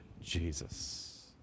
Jesus